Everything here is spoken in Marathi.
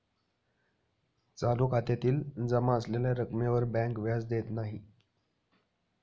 चालू खात्यातील जमा असलेल्या रक्कमेवर बँक व्याज देत नाही